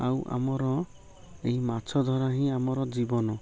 ଆଉ ଆମର ଏହି ମାଛ ଧରା ହିଁ ଆମର ଜୀବନ